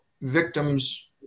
victims